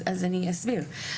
אני אסביר.